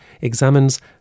examines